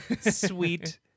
Sweet